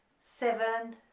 seven,